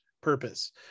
purpose